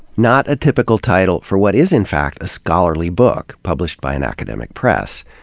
not a typical title for what is in fact a scholarly book, published by an academic press.